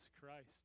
Christ